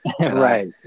Right